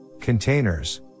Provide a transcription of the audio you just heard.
containers